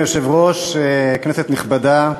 אדוני היושב-ראש, כנסת נכבדה,